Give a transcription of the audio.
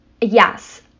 yes